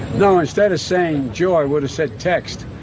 know, instead of saying joe, i would've said text,